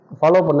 follow